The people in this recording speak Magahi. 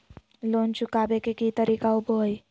लोन चुकाबे के की तरीका होबो हइ?